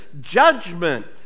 judgment